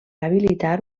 habilitar